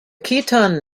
khitan